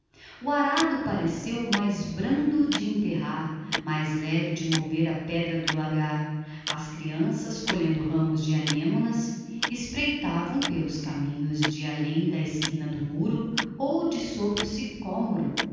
o arado pareceu mais brando de enterrar mais leve de mover a pedra do lagar as crianças colhendo ramos de anémonas espreitavam pelos caminhos se além da esquina do muro ou de sob o sicômoro